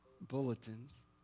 bulletins